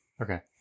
Okay